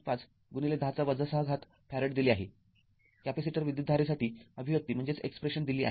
५१० ६ farad दिले आहे capacitor विद्युतधारेसाठी अभिव्यक्ती दिली आहे